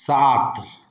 सात